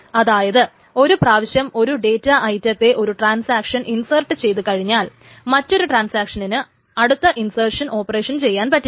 അതായത് ഒരു പ്രാവശ്യം ഒരു ഡേറ്റാ ഐറ്റത്തെ ഒരു ട്രാൻസാക്ഷൻ ഇൻസെർട്ട് ചെയ്തു കഴിഞ്ഞാൽ മറ്റൊരു ട്രാൻസാക്ഷനിനു അടുത്ത ഇൻസേർഷൻ ഓപ്പറേഷൻ ചെയ്യാൻ പറ്റില്ല